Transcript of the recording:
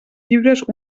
llibres